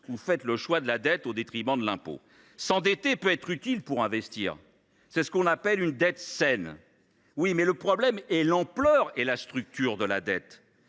vous faites le choix de la dette au détriment de l’impôt. S’endetter peut être utile pour investir : c’est ce qu’on appelle une dette saine. Mais le problème est l’ampleur et la structure de la dette